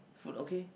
food okay